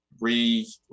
re